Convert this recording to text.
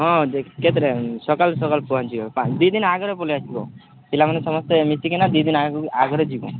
ହଁ କେତେ ଟାଇମ୍ ସକାଳୁ ସକାଳୁ ପହଞ୍ଚିବ ଦୁଇ ଦିନ ଆଗରେ ପଳେଇ ଆସିବ ପିଲାମାନେ ସମସ୍ତେ ମିଶିକିନା ଦୁଇ ଦିନ ଆଗରୁ ଆଗରେ ଯିବ